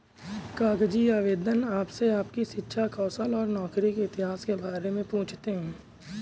कागजी आवेदन आपसे आपकी शिक्षा, कौशल और नौकरी के इतिहास के बारे में पूछते है